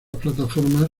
plataformas